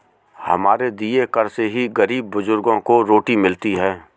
हमारे दिए कर से ही गरीब बुजुर्गों को रोटी मिलती है